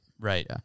Right